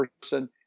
person